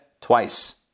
twice